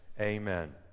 amen